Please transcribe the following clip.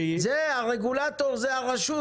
הרגולטור זו הרשות.